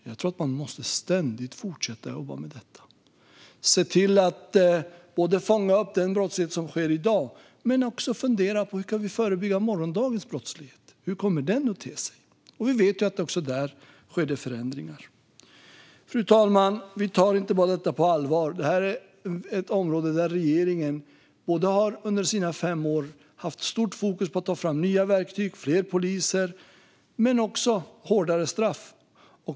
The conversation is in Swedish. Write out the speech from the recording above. Jag tror att man ständigt måste fortsätta att jobba med detta och se till att inte bara fånga upp den brottslighet som sker i dag utan också fundera på hur vi kan förebygga morgondagens brottslighet. Hur kommer den att te sig? Vi vet att det sker förändringar också där. Fru talman! Vi tar detta på allvar. Detta är ett område där regeringen under sina fem år har haft stort fokus både på att ta fram nya verktyg och fler poliser och på hårdare straff.